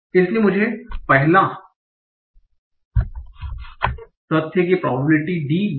इसलिए मुझे पहला तथ्य की प्रोबेबिलिटी D